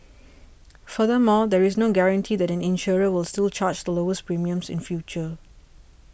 furthermore there is no guarantee that an insurer will still charge the lowest premiums in future